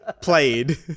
played